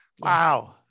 Wow